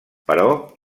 però